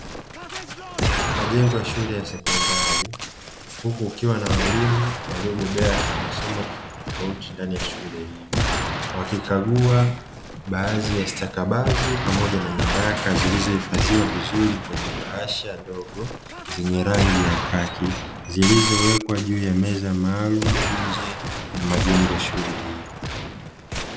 Majengo ya shule ya sekondari, huku kukiwa na walimu waliobobea kwa masomo tofauti tofauti ndani ya shule hiyo wakikagua baadhi ya stakabadhi pamoja na nyaraka, zilizohifadhiwa vizuri kwenye bahasha ndogo zenye rangi ya kaki zilizowekwa juu ya meza maalum nje ni majengo ya shule hiyo.